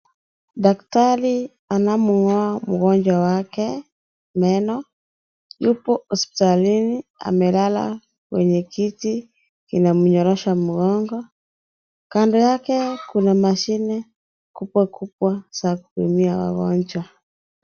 Daktari, anamngoa mgonjwa wake meno, yupo hospitalini, amelala, kwenye kiti, kinacho mnyorosha mgongo, kando yake, kuna mashine kubwa kubwa, za kupimia wagonjwa.